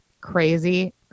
crazy